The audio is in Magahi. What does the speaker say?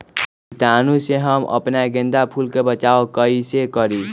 कीटाणु से हम अपना गेंदा फूल के बचाओ कई से करी?